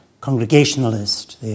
congregationalist